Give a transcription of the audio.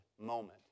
moment